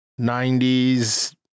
90s